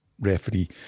referee